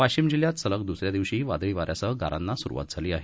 वाशीम जिल्ह्यात सतत द्रसऱ्या दिवशी हीं वादळी वाऱ्यासह गारांना सुरुवात झाली आहे